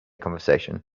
conversation